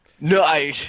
No